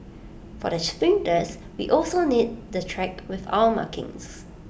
for the sprinters we also need the track with our markings